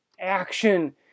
action